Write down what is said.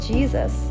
Jesus